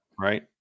Right